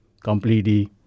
completely